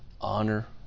Honor